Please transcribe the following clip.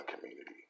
community